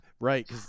right